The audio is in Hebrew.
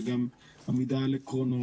זה גם עמידה על עקרונות,